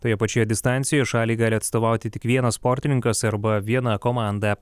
toje pačioje distancijoje šaliai gali atstovauti tik vienas sportininkas arba viena komanda